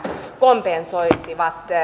kompensoisivat